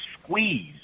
squeeze